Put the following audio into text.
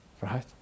right